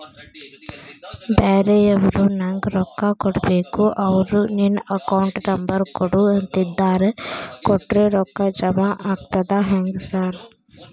ಬ್ಯಾರೆವರು ನಂಗ್ ರೊಕ್ಕಾ ಕೊಡ್ಬೇಕು ಅವ್ರು ನಿನ್ ಅಕೌಂಟ್ ನಂಬರ್ ಕೊಡು ಅಂತಿದ್ದಾರ ಕೊಟ್ರೆ ರೊಕ್ಕ ಜಮಾ ಆಗ್ತದಾ ಹೆಂಗ್ ಸಾರ್?